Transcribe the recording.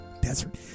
Desert